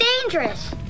dangerous